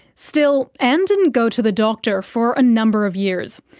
still, ann didn't go to the doctor for a number of years.